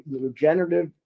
Regenerative